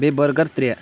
بیٚیہِ بٔرگَر ترٛےٚ